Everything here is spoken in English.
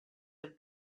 have